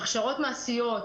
הכשרות מעשיות,